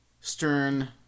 Stern